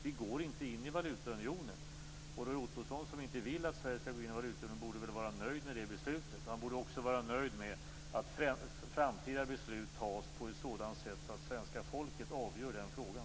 Vi går inte in i valutaunionen. Roy Ottosson, som inte vill att Sverige skall gå med i valutaunionen, borde väl vara nöjd med det beslutet. Han borde också vara nöjd med att framtida beslut fattas på ett sådant sätt att svenska folket avgör den frågan.